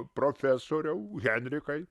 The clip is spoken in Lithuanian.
profesoriau henrikai